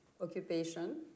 occupation